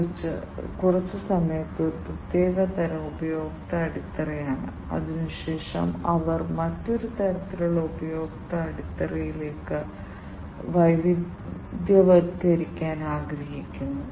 ഇത് തികച്ചും കർക്കശമാണ് തികച്ചും കരുത്തുറ്റതാണ് വ്യത്യസ്ത തീവ്രമായ സാഹചര്യങ്ങളിലും വ്യത്യസ്തമായ പാരിസ്ഥിതിക വ്യതിയാനങ്ങളിലും താപനില വ്യതിയാനങ്ങളിലും പ്രവർത്തിക്കാൻ കഴിയും